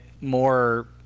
more